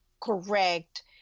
correct